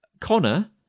Connor